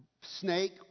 snake